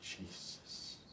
Jesus